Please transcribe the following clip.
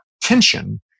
tension